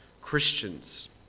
Christians